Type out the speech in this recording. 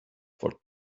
for